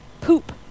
poop